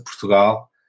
Portugal